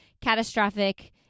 catastrophic